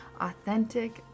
authentic